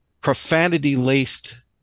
profanity-laced